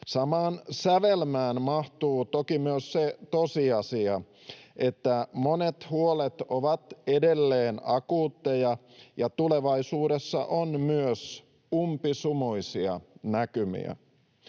Samaan sävelmään mahtuu toki myös se tosiasia, että monet huolet ovat edelleen akuutteja ja tulevaisuudessa on myös umpisumuisia näkymiä.